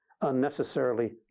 unnecessarily